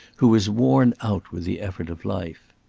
who was worn out with the effort of life.